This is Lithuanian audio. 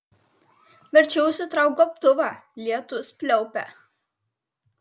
verčiau užsitrauk gobtuvą lietus pliaupia